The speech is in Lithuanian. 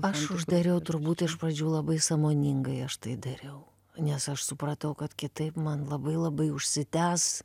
aš uždariau turbūt iš pradžių labai sąmoningai aš tai dariau nes aš supratau kad kitaip man labai labai užsitęs